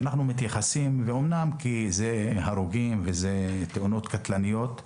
אמנם זה הרוגים וזה תאונות קטלניות,